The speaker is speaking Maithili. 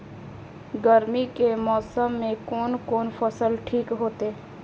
गर्मी के मौसम में कोन कोन फसल ठीक होते?